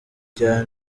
rya